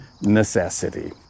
necessity